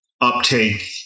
uptake